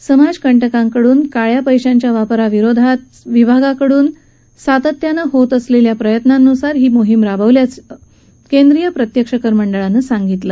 राज्यात समाजकटकाकडून काळ्या पैशांच्या वापराविरोधात विभागाकडून सातत्यानं होत असलेल्या प्रयत्नानुसार ही मोहीम राबवल्याची माहिती केंद्रीय प्रत्यक्ष कर मंडळानं दिली आहे